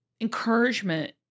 encouragement